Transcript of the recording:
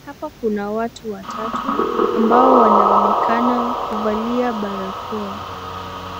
Hapa kuna watu watatu ambao wanaonekana kuvalia barakoa.